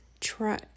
try